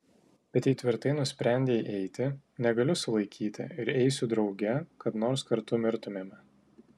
bet jei tvirtai nusprendei eiti negaliu sulaikyti ir eisiu drauge kad nors kartu mirtumėme